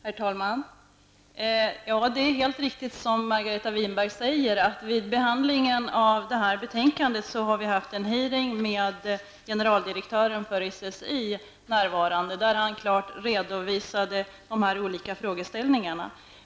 Herr talman! Det är helt riktigt som Margareta Winberg säger, nämligen att vi vid behandlingen av det här betänkandet har haft en hearing med generaldirektören för SSI närvarande, där han klart redovisade de olika frågeställningarna.